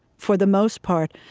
for the most part,